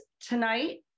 tonight